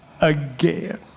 again